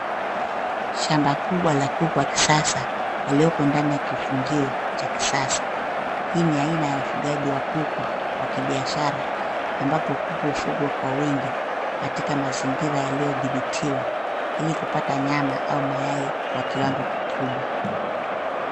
Shamba kubwa la kuku wa kisasa walioko ndani ya kifungio cha kisasa. Hii ni aina ya ufugaji wa kuku wa kibiashara ambapo kuku hufugwa kwa wengi katika mazingira yaliyodhibitiwa ili kupata nyama au mayai kwa kiwango kikubwa.